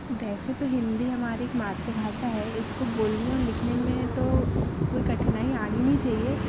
वैसे तो हिंदी हमारी एक मातृभाषा है इसको बोलने और लिखने में तो कोई कठिनाई आनी नहीं चाहिए